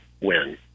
win